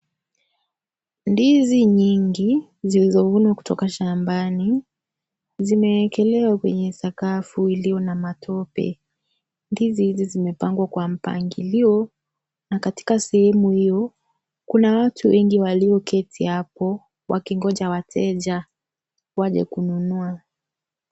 Ndizi nyingi, zilizo vunwa kutoka shambani zimewekelewa kwenye sakafu iliyo na matope. Ndizi hizi zimepakwa mpangilio na katika sehemu hiyo kunao watu wengi walio keti hapo wakin'goja wateja wake kununua.